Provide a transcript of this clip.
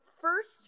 first